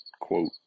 quote